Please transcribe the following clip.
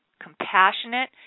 compassionate